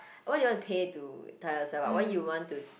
why you want to pay to tie yourself up why you want to